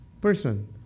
person